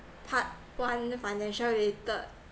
part one financial related